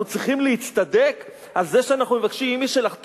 אנחנו צריכים להצטדק על זה שאנחנו מבקשים ממי שחותר